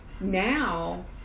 now